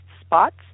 spots